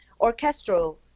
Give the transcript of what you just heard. orchestral